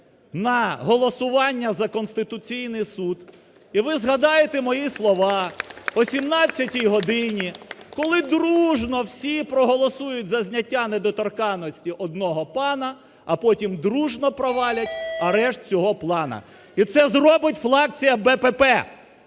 на голосування за Конституційний Суд, і ви згадаєте мої слова о 17 годині, коли дружно всі проголосують за зняття недоторканності одного пана, а потім дружно провалять арешт цього плану. І це зробить фракція "Блок